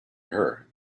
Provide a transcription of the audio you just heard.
her